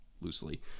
loosely